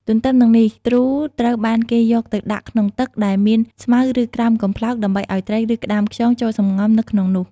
ទទឹមនឹងនេះ ទ្រូត្រូវបានគេយកទៅដាក់ក្នុងទឹកដែលមានស្មៅឬក្រោមកំប្លោក ដើម្បីឱ្យត្រី ឬក្ដាមខ្យង ចូលសំងំនៅក្នុងនោះ។